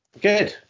Good